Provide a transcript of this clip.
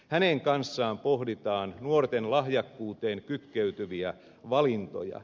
heidän kanssaan pohditaan nuorten lahjakkuuteen kytkeytyviä valintoja